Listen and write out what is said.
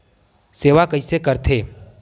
सेवा कइसे करथे?